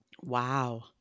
Wow